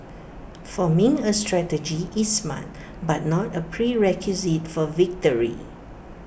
forming A strategy is smart but not A prerequisite for victory